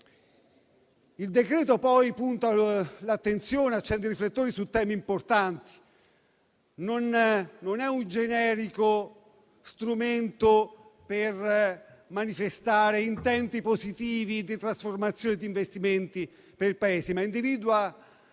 Il decreto-legge punta inoltre l'attenzione e accende i riflettori su temi importanti. Non è un generico strumento per manifestare intenti positivi di trasformazione e investimenti per il Paese, ma individua